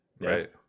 Right